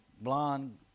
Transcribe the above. blonde